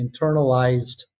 internalized